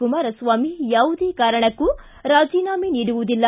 ಕುಮಾರಸ್ವಾಮಿ ಯಾವುದೇ ಕಾರಣಕ್ಕೂ ರಾಜೀನಾಮೆ ನೀಡುವುದಿಲ್ಲ